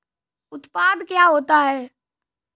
उत्पाद क्या होता है?